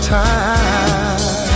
time